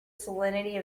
salinity